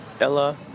Ella